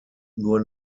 nur